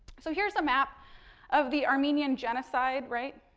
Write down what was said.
so, here's a map of the armenian genocide, right.